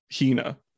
Hina